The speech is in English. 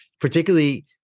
particularly